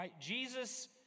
Jesus